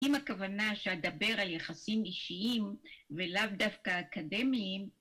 עם הכוונה שאדבר על יחסים אישיים ולאו דווקא אקדמיים